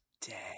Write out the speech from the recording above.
day